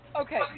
okay